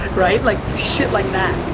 right? like, shit like that.